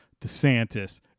DeSantis